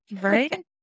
Right